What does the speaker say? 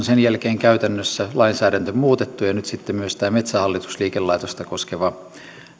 sen jälkeen käytännössä lainsäädäntö muutettu ja nyt sitten myös tämä metsähallitus liikelaitosta koskeva